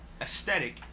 aesthetic